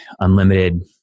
unlimited